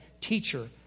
teacher